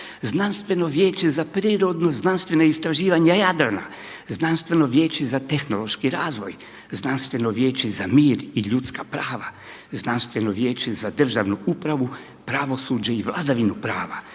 Znanstveno vijeće za prirodno znanstveno istraživanje Jadrana, Znanstveno vijeće za tehnološki razvoj, Znanstveno vijeće za mir i ljudska prava, Znanstveno vijeće za državnu upravu, pravosuđe i vladavinu prava,